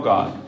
God